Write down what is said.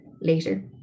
later